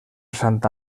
santa